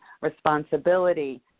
responsibility